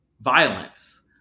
violence